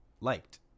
liked